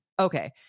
Okay